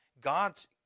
God's